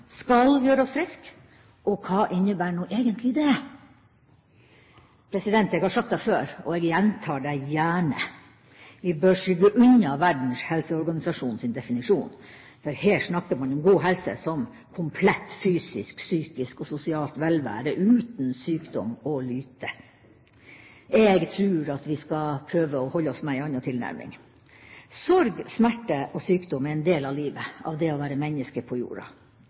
skal gjøre oss friske? Og hva innebærer nå egentlig det? Jeg har sagt det før, og jeg gjentar det gjerne: Vi bør skygge unna Verdens helseorganisasjons definisjon, for her snakker man om god helse som komplett fysisk, psykisk og sosialt velvære, uten sykdom og lyte. Jeg tror at vi skal prøve å ha en annen tilnærming. Sorg, smerte og sykdom er en del av livet, av det å være menneske på jorda.